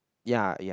ya ya